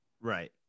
Right